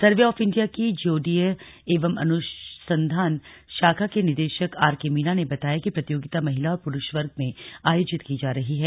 survey of India की ज्योडीय एवं अनुशंधान शाखा के निदेशक आरके मीना ने बताया कि प्रतियोगिता महिला और पुरुष वर्ग में आयोजित की जा रही है